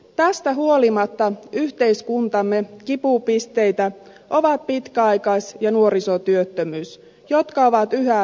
tästä huolimatta yhteiskuntamme kipupisteitä ovat pitkäaikais ja nuorisotyöttömyys jotka ovat yhä liian korkealla